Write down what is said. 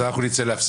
אנחנו נצא להפסקה.